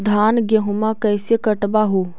धाना, गेहुमा कैसे कटबा हू?